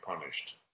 punished